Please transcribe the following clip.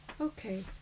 okay